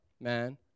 man